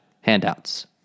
handouts